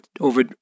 over